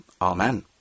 amen